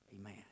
Amen